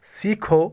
سیکھو